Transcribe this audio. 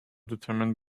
determined